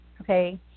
okay